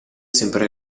sempre